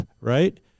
right